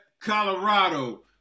Colorado